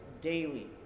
daily